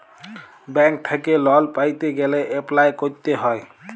bank থ্যাইকে loan পাইতে গ্যালে এপ্লায় ক্যরতে হ্যয়